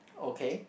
okay